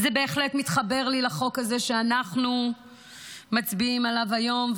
וזה בהחלט מתחבר לי לחוק הזה שאנחנו מצביעים עליו היום,